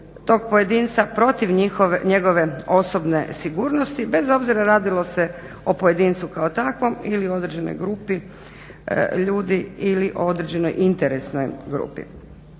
tog pojedinca, protiv njegove osobne sigurnosti bez obzira radilo se o pojedincu kao takvom ili određenoj grupi ljudi ili određenoj interesnoj grupi.